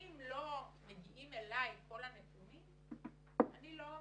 ואם לא מגיעים אלי כל הנתונים אני לא מתאמץ.